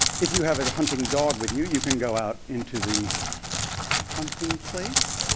if you have a hunting dog with you, you can go out into the hunting place